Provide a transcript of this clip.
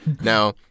Now